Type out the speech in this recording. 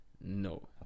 No